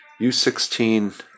U16